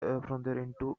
into